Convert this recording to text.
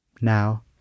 Now